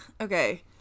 Okay